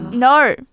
No